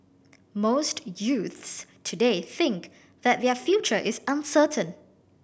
most youths today think that their future is uncertain